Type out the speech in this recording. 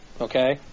Okay